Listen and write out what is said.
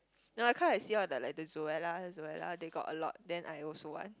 no because I see all the like the Zoella Zoella they got a lot then I also want